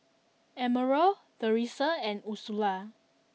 Emerald Teressa and Ursula